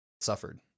suffered